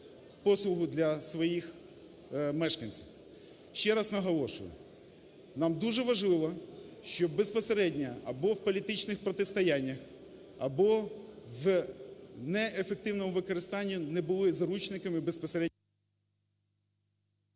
послугу для своїх мешканців. Ще раз наголошую, нам дуже важливо, щоб безпосередньо або в політичних протистояннях, або в неефективному використані не були заручниками безпосередньо…